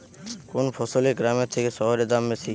কোন ফসলের গ্রামের থেকে শহরে দাম বেশি?